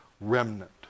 remnant